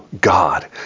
God